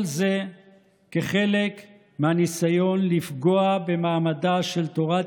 כל זה כחלק מהניסיון לפגוע במעמדה של תורת